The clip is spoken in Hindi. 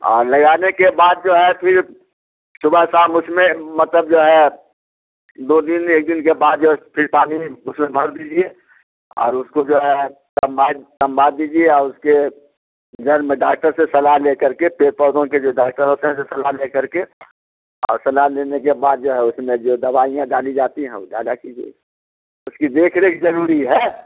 और लगाने के बाद जो है फिर सुबह शाम उसमें मतलब जो है दो दिन एक दिन के बाद जो है फिर पानी उसमें भर दीजिए और उसको जो है संभाल संभाल दीजिए और उसके जल में डॉक्टर से सलाह लेकर के पेड़ पौधों के जो डॉक्टर होते हैं उनसे सलाह लेकर के और सलाह लेने के बाद जो है उसमें जो दवाईयाँ डाली जाती हैं वह डाला कीजिए उसकी देख रेख ज़रूरी है